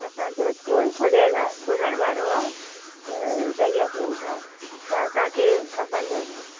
असांजो स्कूल खुलियलु आहे खुलणु वारो आहे ॾहीं अप्रैल खां त असांखे खपंदो हींअर